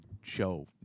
show